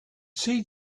see